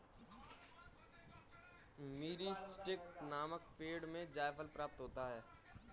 मीरीस्टिकर नामक पेड़ से जायफल प्राप्त होता है